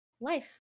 life